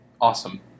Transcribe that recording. Awesome